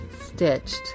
stitched